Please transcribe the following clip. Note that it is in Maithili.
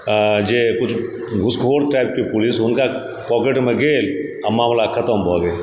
जे किछु घुसखोर टाइपके पुलिस हुनका पाकेटमे गेल आओर मामिला खतम भऽ गेल